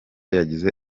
yagize